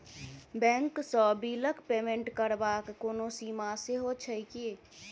Bank सँ बिलक payment करबाक कोनो सीमा सेहो छैक की?